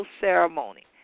ceremony